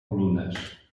colunas